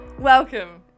Welcome